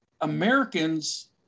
Americans